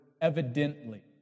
evidently